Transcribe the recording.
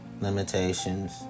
limitations